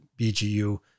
BGU